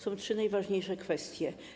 Są trzy najważniejsze kwestie.